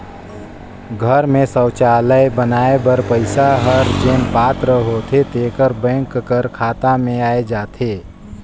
घर में सउचालय बनाए बर पइसा हर जेन पात्र होथे तेकर बेंक कर खाता में आए जाथे